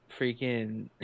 Freaking